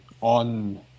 on